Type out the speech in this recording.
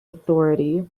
authority